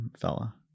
fella